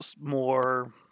more